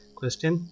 question